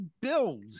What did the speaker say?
build